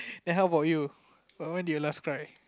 then how about you when when did you last cry